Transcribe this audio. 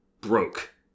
broke